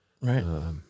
right